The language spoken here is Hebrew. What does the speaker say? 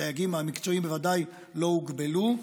הדייגים המקצועיים בוודאי לא הוגבלו,